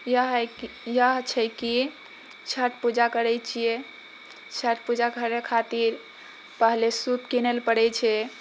यह है कि यह छै कि छठ पूजा करै छियै छठ पूजा करै खातिर पहिने सूप किनै लअ पड़ै छै